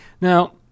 Now